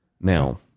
Now